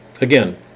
Again